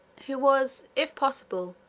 who was, if possible,